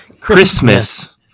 Christmas